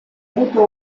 avuto